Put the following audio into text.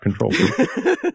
control